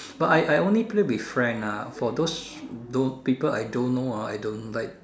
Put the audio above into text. but I I only play with friend ah for those those people I don't know ah I don't like